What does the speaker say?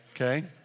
okay